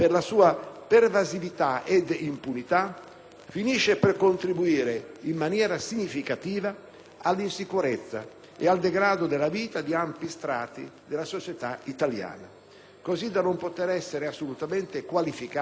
finisce per contribuire in maniera significativa all'insicurezza e al degrado della vita di ampi strati della società italiana, così da non potere essere assolutamente qualificata come criminalità minore.